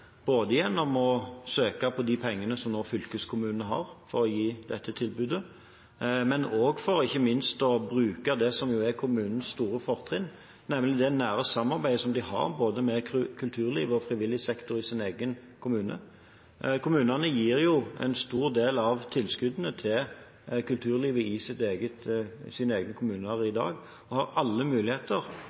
både gjennom å søke på de pengene som fylkeskommunene har for å gi dette tilbudet, og ikke minst for å bruke det som er kommunenes store fortrinn, nemlig det nære samarbeidet de har både med kulturlivet og frivillig sektor i sin egen kommune. Kommunene gir en stor del av tilskuddene til kulturlivet i sin egen kommune i dag og har alle muligheter